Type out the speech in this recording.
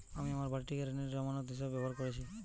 আমি আমার বাড়িটিকে ঋণের জামানত হিসাবে ব্যবহার করেছি